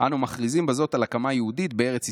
"אנו מכריזים בזאת על הקמת מדינה יהודית בארץ ישראל,